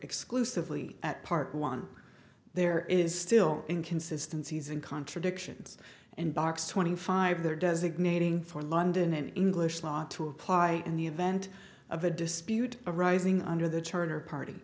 exclusively at part one there is still inconsistency is in contradictions and box twenty five there designating for london in english law to apply in the event of a dispute arising under the charter party